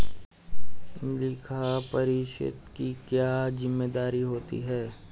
लेखापरीक्षक की क्या जिम्मेदारी होती है?